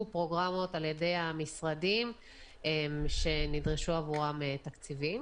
פרוגרמות על ידי המשרדים שנדרשו עבורם תקציבים,